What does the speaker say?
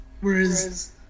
Whereas